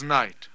night